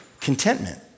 contentment